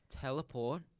Teleport